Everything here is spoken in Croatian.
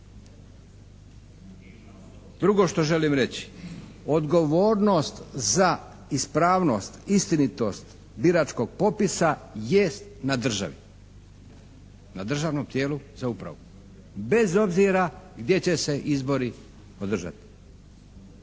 Drugo što želim reći. Odgovornost za ispravnost, istinitost biračkog popisa jest na državi. Na državnom tijelu za upravu. Bez obzira gdje će se izbori održati.